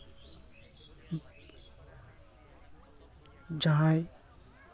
ᱡᱟᱦᱟᱸᱭ